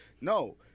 No